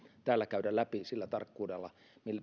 käydä läpi sillä tarkkuudella